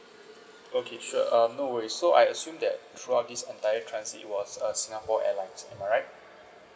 okay sure um no worries so I assume that throughout this entire transit it was uh singapore airlines am I right